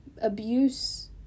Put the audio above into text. Abuse